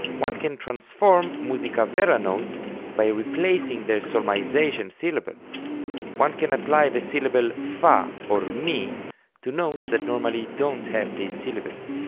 one can transform musica-vera notes by replacing their solmization syllable one can apply the syllable fa or mi to notes that normally don't have these syllables,